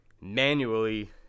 manually